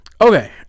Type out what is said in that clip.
okay